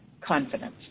confidence